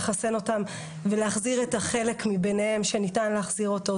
לחסן אותם ולהחזיר את החלק מהם שניתן להחזיר אותו.